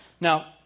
Now